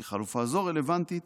כי חלופה זו רלוונטית